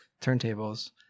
turntables